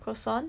croissant